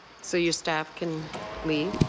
so your staff can leave.